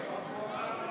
חברי